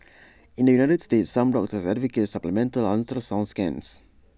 in the united states some doctors advocate supplemental ultrasound scans